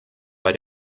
bei